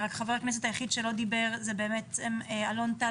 חבר הכנסת היחיד שלא דיבר הוא אלון טל.